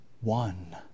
one